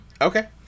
Okay